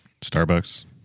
Starbucks